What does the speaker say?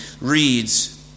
reads